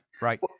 right